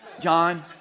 John